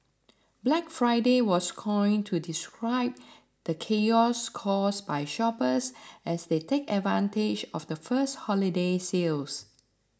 Black Friday was coined to describe the chaos caused by shoppers as they take advantage of the first holiday sales